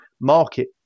market